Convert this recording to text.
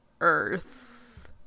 Earth